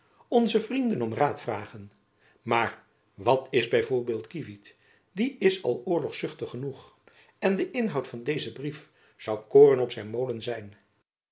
onze vrienden om raad vragen maar daar is b v kievit die is al oorlogszuchtig genoeg en de inhoud van dezen brief zoû koren op zijn molen zijn